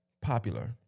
popular